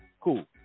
Cool